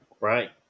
Right